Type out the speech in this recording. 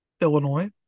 Illinois